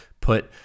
put